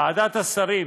ועדת השרים